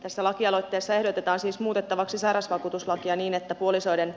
tässä lakialoitteessa ehdotetaan siis muutettavaksi sairausvakuutuslakia niin että puolisoiden